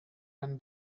ran